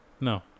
No